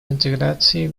интеграции